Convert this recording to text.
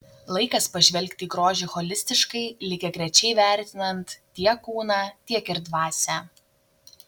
laikas pažvelgti į grožį holistiškai lygiagrečiai vertinant tiek kūną tiek ir dvasią